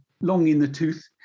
long-in-the-tooth